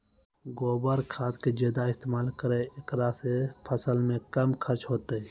गोबर खाद के ज्यादा इस्तेमाल करौ ऐकरा से फसल मे कम खर्च होईतै?